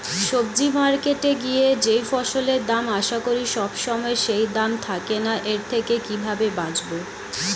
সবজি মার্কেটে গিয়ে যেই ফসলের দাম আশা করি সবসময় সেই দাম থাকে না এর থেকে কিভাবে বাঁচাবো?